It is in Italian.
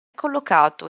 collocato